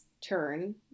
turn